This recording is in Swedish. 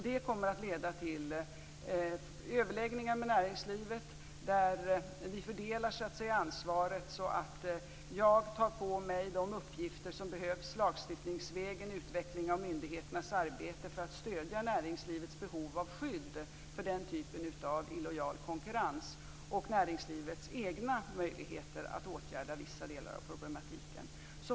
Det kommer att leda till överläggningar med näringslivet där vi fördelar ansvaret så, att jag tar på mig de uppgifter som behövs lagstiftningsvägen och i form av utveckling av myndigheternas arbete för att stödja näringslivets behov av skydd för den typen av illojal konkurrens, och näringslivet ser till sina egna möjligheter att åtgärda vissa delar av problematiken.